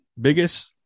biggest